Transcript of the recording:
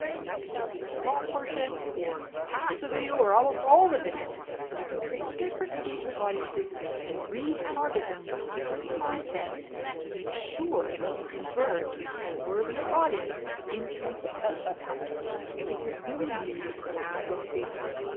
and that can just be a small portion, or half the video, or almost all the video. and you can create different engagement audiences and retarget them with different content to make sure that you convert more of your audience into paying customers. if you're really new to ads on facebook,